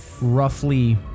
Roughly